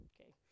Okay